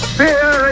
fear